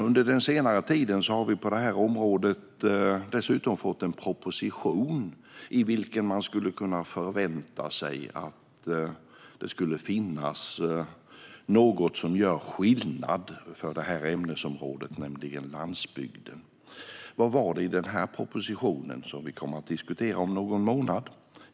Under den senare tiden har vi dessutom fått en proposition på området i vilken man skulle kunna förvänta sig att det skulle finnas något som gör skillnad för ämnesområdet, nämligen landsbygden. Vad var det i propositionen som vi kommer att diskutera om någon månad?